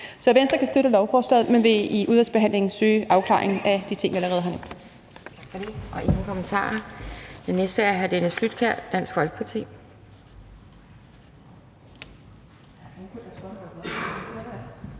Så Venstre kan støtte lovforslaget, men vil i udvalgsbehandlingen søge en afklaring af de ting, jeg har nævnt.